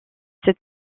cette